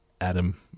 Adam